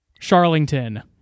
Charlington